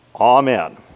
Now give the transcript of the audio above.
amen